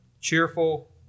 cheerful